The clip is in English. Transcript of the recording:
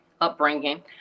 upbringing